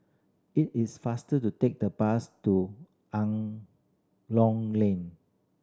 it is faster to take the bus to Lane